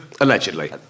Allegedly